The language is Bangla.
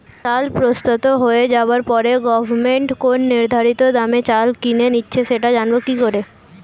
চাল প্রস্তুত হয়ে যাবার পরে গভমেন্ট কোন নির্ধারিত দামে চাল কিনে নিচ্ছে সেটা জানবো কি করে?